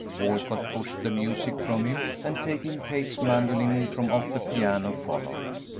walcott pushed the music from him, and, taking kate's mandolin from off the piano, followed.